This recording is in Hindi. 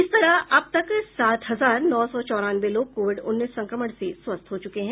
इस तरह अब तक सात हजार नौ सौ चौरानवे लोग कोविड उन्नीस संक्रमण से स्वस्थ हो चुके हैं